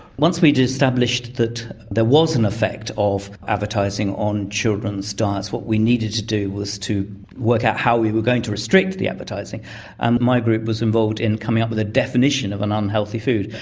once we'd established that there was an effect of advertising on children's diets, what we needed to do was to work out how we were going to restrict the advertising and my group was involved in coming up with a definition of an unhealthy food.